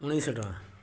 ଉଣେଇଶି ଶହ ଟଙ୍କା